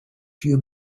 few